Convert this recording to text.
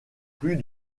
plus